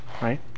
right